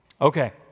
Okay